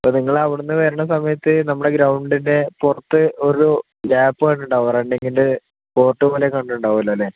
അപ്പോൾ നിങ്ങൾ അവിടെ നിന്ന് വരണ സമയത്ത് നമ്മുടെ ഗ്രൗണ്ടിൻ്റെ പുറത്ത് ഒരു ഗ്യാപ്പ് കണ്ടിട്ടുണ്ടാവുക റണ്ണിങ്ങിൻ്റെ കോർട്ട് പോലെ കണ്ടിട്ടുണ്ടാവുമല്ലോ അല്ലേ